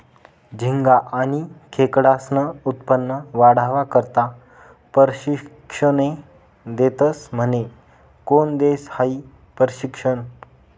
झिंगा आनी खेकडास्नं उत्पन्न वाढावा करता परशिक्षने देतस म्हने? कोन देस हायी परशिक्षन?